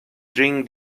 drink